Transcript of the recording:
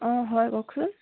অঁ হয় কওকচোন